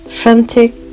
frantic